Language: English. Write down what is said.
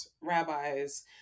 rabbis